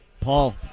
Paul